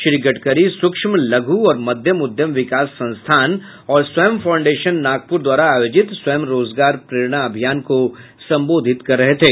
श्री गडकरी सुक्ष्म लघु और मध्यम उद्यम विकास संस्थान और स्वयं फॉउडेशन नागपुर द्वारा आयोजित स्वयं रोजगार प्ररेणा अभियान को संबोधित कर रहे थे